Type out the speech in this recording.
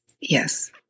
Yes